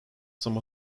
some